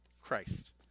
Christ